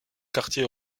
quartier